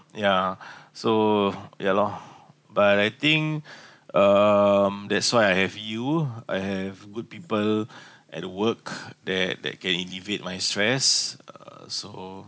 yeah so ya loh but I think um that's why I have you I have good people at work that that can elevate my stress uh so